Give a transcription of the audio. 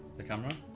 the camera?